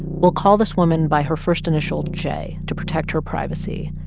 we'll call this woman by her first initial j to protect her privacy.